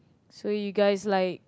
so you guys like